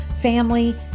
family